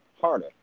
harder